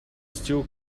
still